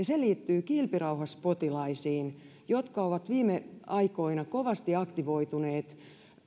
se liittyy kilpirauhaspotilaisiin jotka ovat viime aikoina kovasti aktivoituneet